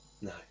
No